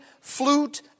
flute